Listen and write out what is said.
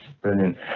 brilliant